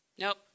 Nope